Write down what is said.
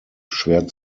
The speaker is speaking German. schwer